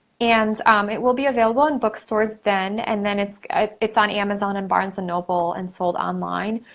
and it will be available in bookstores then, and then it's it's on amazon and barnes and nobel, and sold online.